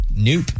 Nope